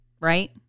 Right